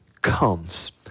comes